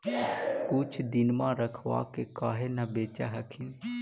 कुछ दिनमा रखबा के काहे न बेच हखिन?